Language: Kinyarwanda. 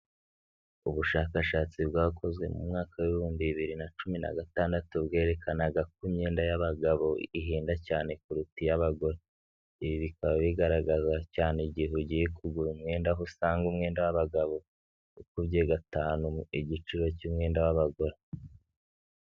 Ubushakashatsi bwakozwe mu mwaka w'ibihumbi bibiri na cumi na gatandatu bwerekanaga ko imyenda y'abagabo ihenda cyane kuruta iy'abagore. Ibi bikaba bigaragaza cyane igihe ugiye kugura umwenda aho usanga umwenda w'abagabo ukubye gatanu igiciro cy'umwenda w'abagore.